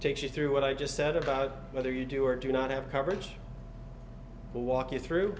takes you through what i just said about whether you do or do not have coverage will walk you through